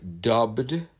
dubbed